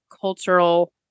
cultural